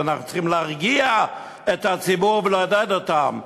ואנחנו צריכים להרגיע את הציבור ולעודד אותו.